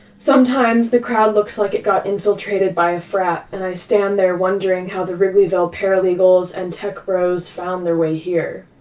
sometimes the crowd looks like it got infiltrated by a frat, and i stand there wondering how the wrigleyville paralegals and tech bros found their way here.